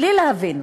בלי להבין,